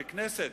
ככנסת,